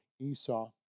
Esau